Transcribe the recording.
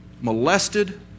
molested